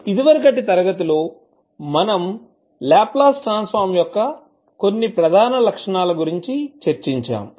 ఇదివరకటి తరగతి లో మనం లాప్లాస్ ట్రాన్సఫార్మ్ యొక్క కొన్ని ప్రధాన లక్షణాల గురించి చర్చించాము